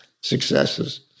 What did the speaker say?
successes